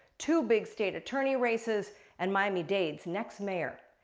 two big state attorney races and miami dade's next mayor.